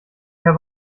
herr